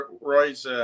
Roy's –